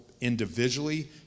individually